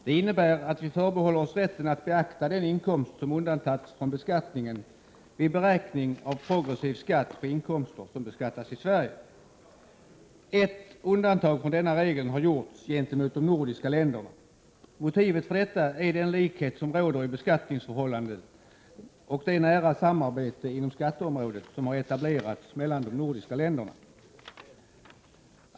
Det innebär att vi förbehåller oss rätten att beakta den inkomst som undantagits från beskattning vid beräkning av progressiv skatt på inkomster som beskattas i Sverige. Ett undantag från denna regel har gjorts gentemot de nordiska länderna. Motivet för detta är den likhet som råder i beskattningsförhållandena och det nära samarbete inom skatteområdet som etablerats mellan de nordiska länderna.